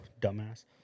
dumbass